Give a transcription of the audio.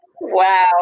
Wow